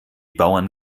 bauern